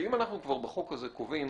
שאם אנחנו כבר בחוק הזה קובעים